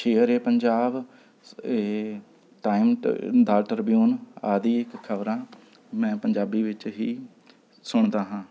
Shere Punjab time the ਦਾ Tribune ਆਦਿ ਖਬ਼ਰਾਂ ਮੈਂ ਪੰਜਾਬੀ ਵਿੱਚ ਹੀ ਸੁਣਦਾ ਹਾਂ